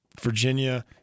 Virginia